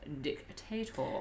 dictator